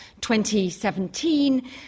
2017